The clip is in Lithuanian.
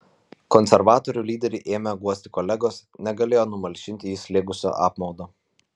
konservatorių lyderį ėmę guosti kolegos negalėjo numalšinti jį slėgusio apmaudo